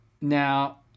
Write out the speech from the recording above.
Now